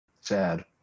sad